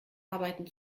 arbeiten